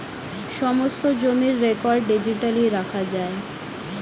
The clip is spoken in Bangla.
সমস্ত জমির রেকর্ড ডিজিটালি রাখা যায়